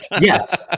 Yes